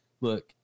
look